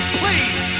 please